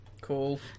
Cool